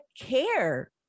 care